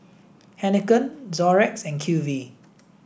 Heinekein Xorex and Q Z